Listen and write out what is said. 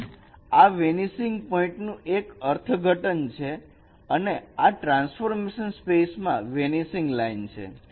તેથી આ વેનીસિંગ પોઇન્ટનું એક અર્થઘટન છે અને આ ટ્રાન્સફોર્મેશન સ્પેસમાં વેનીસિંગ લાઈન છે